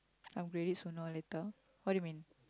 upgrade it sooner or later what do you mean